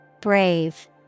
Brave